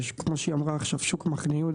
כמו שהיא אמרה עכשיו: שוק מחנה יהודה,